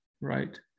right